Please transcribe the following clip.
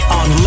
on